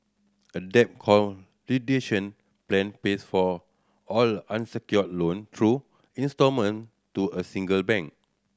a debt plan pays for all unsecured loan through instalment to a single bank